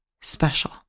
Special